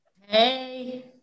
Hey